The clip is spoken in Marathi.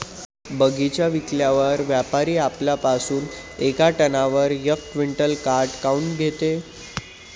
बगीचा विकल्यावर व्यापारी आपल्या पासुन येका टनावर यक क्विंटल काट काऊन घेते?